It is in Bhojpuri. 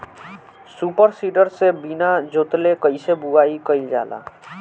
सूपर सीडर से बीना जोतले कईसे बुआई कयिल जाला?